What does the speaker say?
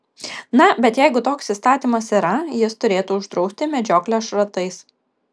na bet jeigu toks įstatymas yra jis turėtų uždrausti medžioklę šratais